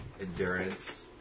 Endurance